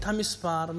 את המספר,